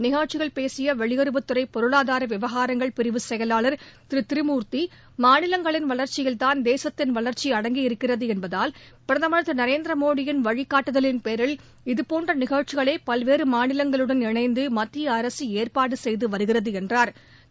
நிகழ்ச்சியில் பேசிய வெளியுறவுத்துறை பொருளாதார விவகாரங்கள் பிரிவு செயவாளர் திரு திருமூர்த்தி மாநிலங்களின் வளர்ச்சியில்தான் தேசத்தின் வளர்ச்சி அடங்கியிருக்கிறது என்பதால் பிரதமர் திரு நரேந்திரமோடியின் வழிகாட்டுதலின் பேரில் இதுபோன்ற நிகழ்ச்சிகளை பல்வேறு மாநிலங்களுடன் இணைந்து மத்திய அரசு ஏற்பாடு செய்து வருகிறது என்றாா்